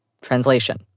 translation